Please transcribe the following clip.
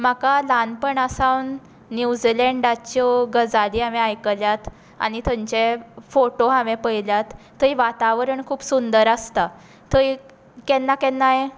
म्हाका ल्हानपणा सावन न्युजिलँडाच्यो गजाली हांवें आयकल्यात आनी थंयचे फोटो हांवेंन पळयल्यात थंय वातावरण खूब सुंदर आसता थंय केन्ना केन्नाय